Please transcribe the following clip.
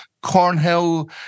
Cornhill